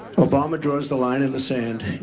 obama draws the line in the sand.